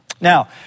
Now